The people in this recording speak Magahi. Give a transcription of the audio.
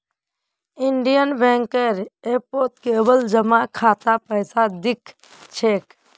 इंडियन बैंकेर ऐपत केवल जमा खातात पैसा दि ख छेक